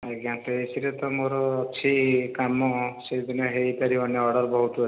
ଆଜ୍ଞା ତେଇଶ ରେ ମୋର ତ ଅଛି କାମ ସେଇଦିନ ହେଇପାରିବନି ଅର୍ଡର ବହୁତ ଅଛି